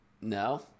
No